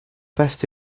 best